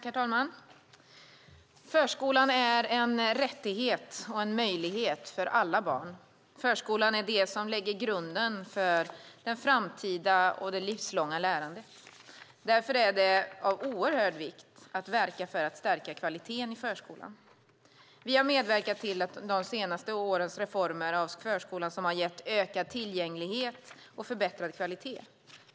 Herr talman! Förskolan är en rättighet och en möjlighet för alla barn. Förskolan är det som lägger grunden för det framtida och det livslånga lärandet. Därför är det av oerhörd vikt att verka för att stärka kvaliteten i förskolan. Vi har medverkat till att de senaste årens reformer när det gäller förskolan gett ökad tillgänglighet och förbättrad kvalitet.